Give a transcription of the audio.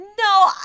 No